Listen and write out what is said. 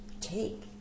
take